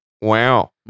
Wow